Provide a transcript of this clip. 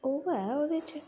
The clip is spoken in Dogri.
ओह् ऐ ओह्दे च